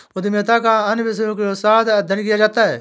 उद्यमिता का अन्य विषयों के साथ भी अध्ययन किया जाता है